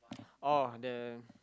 oh the